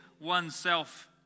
oneself